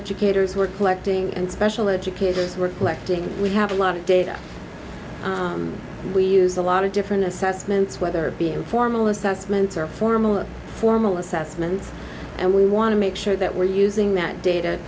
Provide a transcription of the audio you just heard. educators were collecting and special educators were collecting we have a lot of data we use a lot of different assessments whether it be informal assessments or formal formal assessments and we want to make sure that we're using that data